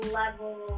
level